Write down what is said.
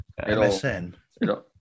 MSN